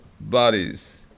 bodies